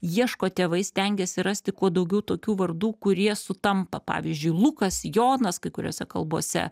ieško tėvai stengiasi rasti kuo daugiau tokių vardų kurie sutampa pavyzdžiui lukas jonas kai kuriose kalbose